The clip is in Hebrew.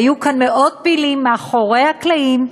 היו כאן מאוד פעילים מאחורי הקלעים,